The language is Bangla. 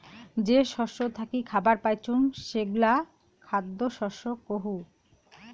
যে শস্য থাকি খাবার পাইচুঙ সেগুলা খ্যাদ্য শস্য কহু